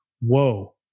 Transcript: whoa